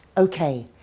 ok,